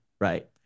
right